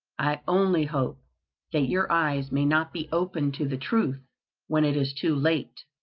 i only hope that your eyes may not be opened to the truth when it is too late.